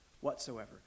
whatsoever